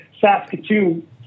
Saskatoon